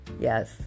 Yes